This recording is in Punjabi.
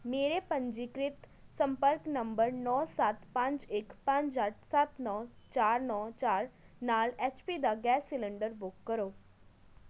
ਮੇਰੇ ਪੰਜੀਕ੍ਰਿਤ ਸੰਪਰਕ ਨੰਬਰ ਨੌ ਸੱਤ ਪੰਜ ਇੱਕ ਪੰਜ ਅੱਠ ਸੱਤ ਨੌ ਚਾਰ ਨੌ ਚਾਰ ਨਾਲ ਐੱਚ ਪੀ ਦਾ ਗੈਸ ਸਿਲੰਡਰ ਬੁੱਕ ਕਰੋ